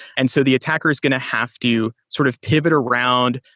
and so the attacker is going to have to sort of pivot around,